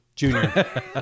Junior